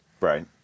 Right